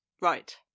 Right